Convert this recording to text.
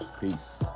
Peace